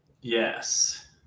Yes